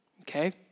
okay